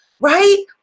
right